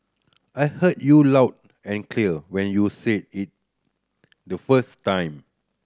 I heard you loud and clear when you said it the first time